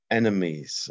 enemies